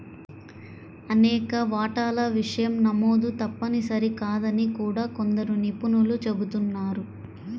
అనేక వాటాల విషయం నమోదు తప్పనిసరి కాదని కూడా కొందరు నిపుణులు చెబుతున్నారు